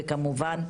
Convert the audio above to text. וכמובן,